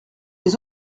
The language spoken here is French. les